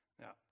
Now